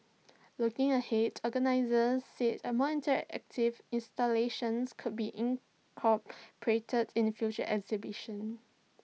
looking ahead organisers said more interactive installations could be incorporated in future exhibitions